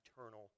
eternal